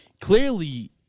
clearly